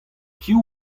piv